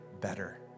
better